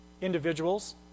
individuals